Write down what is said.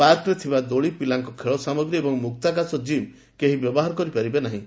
ପାର୍କରେ ଥିବା ଦୋଳି ପିଲାଙ୍କ ଖେଳ ସାମଗ୍ରୀ ଓ ମୁକ୍ତାକାଶ ଜିମ୍ ବ୍ୟବହାର କରିପାରିବେ ନାହିଁ